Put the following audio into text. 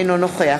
אינו נוכח